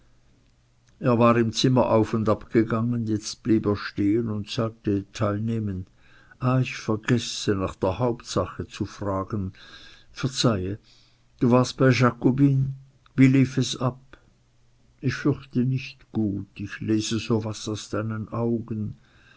er war im zimmer auf und ab gegangen jetzt blieb er stehen und sagte teilnehmend ich vergesse nach der hauptsache zu fragen verzeihe du warst bei jakobine wie lief es ab ich fürchte nicht gut ich lese so was aus deinen augen